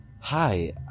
Hi